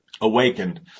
awakened